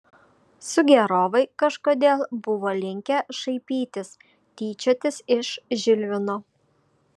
sugėrovai kažkodėl buvo linkę šaipytis tyčiotis iš žilvino